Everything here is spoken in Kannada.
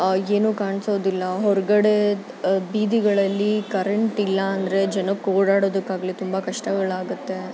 ಏನೂ ಕಾಣಿಸೋದಿಲ್ಲ ಹೊರಗಡೆ ಬೀದಿಗಳಲ್ಲಿ ಕರೆಂಟ್ ಇಲ್ಲ ಅಂದರೆ ಜನಕ್ಕೆ ಓಡಾಡೋದಕ್ಕಾಗ್ಲಿ ತುಂಬ ಕಷ್ಟಗಳಾಗುತ್ತೆ